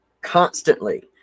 constantly